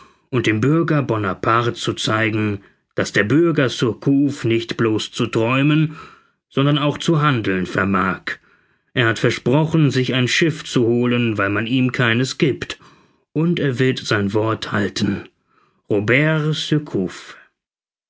und dem bürger bonaparte zu zeigen daß der bürger surcouf nicht bloß zu träumen sondern auch zu handeln vermag er hat versprochen sich ein schiff zu holen weil man ihm keines gibt und er wird sein wort halten robert